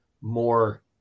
more